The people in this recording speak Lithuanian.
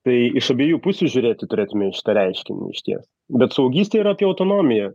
tai iš abiejų pusių žiūrėti turėtume į šitą reiškinį išties bet suaugystė yra apie autonomiją